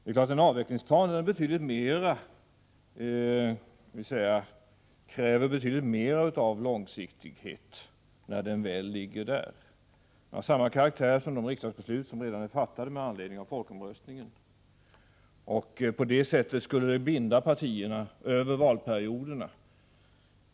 En avvecklingsplan kräver betydiigt mer av långsiktighet när den väl lagts fram. Den har samma karaktär som de riksdagsbeslut som redan är fattade med anledning av folkomröstningen. Den skulle på det sättet binda partierna över valperioderna.